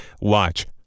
watch